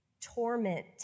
torment